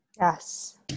Yes